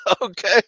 Okay